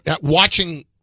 watching